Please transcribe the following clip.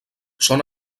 són